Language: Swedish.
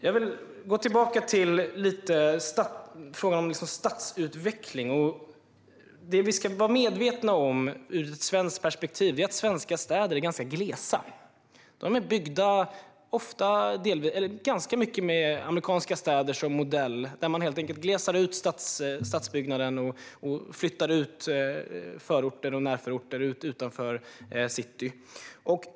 Jag vill gå tillbaka till frågan om stadsutveckling. Vi ska vara medvetna ur ett svenskt perspektiv att svenska städer är ganska glesa. De är byggda ganska mycket med amerikanska städer som modell - man glesar ut stadsbyggnaden och flyttar ut förorter och närförorter utanför city.